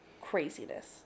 Craziness